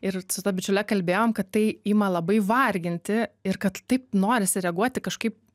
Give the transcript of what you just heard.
ir su ta bičiule kalbėjom kad tai ima labai varginti ir kad taip norisi reaguoti kažkaip